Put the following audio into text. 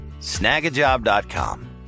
snagajob.com